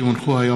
נתקבלה.